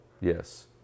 Yes